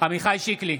עמיחי שיקלי,